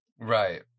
Right